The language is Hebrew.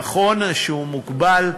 נכון שהוא מוגבל,